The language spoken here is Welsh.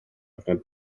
gyfnod